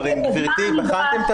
גברתי, בחנתם את